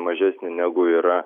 mažesni negu yra